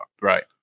Right